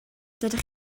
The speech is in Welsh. dydych